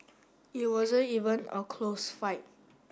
it wasn't even a close fight